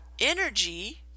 Energy